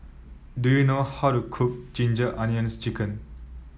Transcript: do you know how to cook Ginger Onions chicken